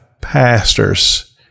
pastors